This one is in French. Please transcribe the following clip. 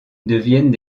deviennent